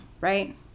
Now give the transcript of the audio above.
right